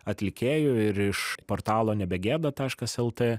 atlikėjų ir iš portalo nebegėda taškas el t